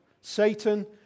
Satan